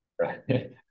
right